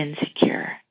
insecure